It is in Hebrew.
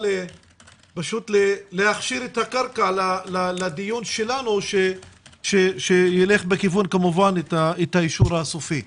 להכשיר את הקרקע לדיון שלנו שילך לכיוון האישור הסופי.